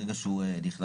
ברגע שהוא נכנס,